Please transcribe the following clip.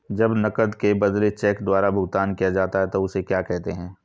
जब नकद के बदले चेक द्वारा भुगतान किया जाता हैं उसे क्या कहते है?